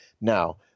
Now